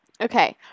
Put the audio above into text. Okay